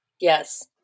Yes